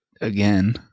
again